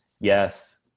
Yes